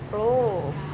oh